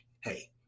Hey